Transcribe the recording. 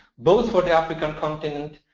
both for the african continent,